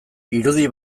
irudi